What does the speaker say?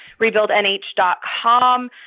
rebuildnh.com